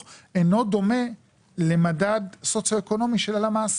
אינו דומה למדד סוציואקונומי של הלמ"ס.